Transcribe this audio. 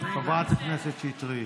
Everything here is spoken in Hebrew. חברת הכנסת שטרית.